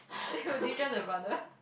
then would you trust your brother